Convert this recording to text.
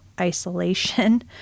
Isolation